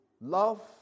Love